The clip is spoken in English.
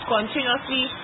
Continuously